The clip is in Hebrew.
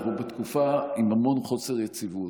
אנחנו בתקופה עם המון חוסר יציבות,